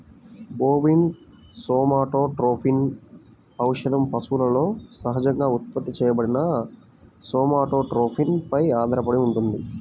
bovine somatotropin ఔషధం పశువులలో సహజంగా ఉత్పత్తి చేయబడిన సోమాటోట్రోపిన్ పై ఆధారపడి ఉంటుంది